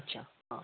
अच्छा हो